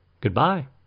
Goodbye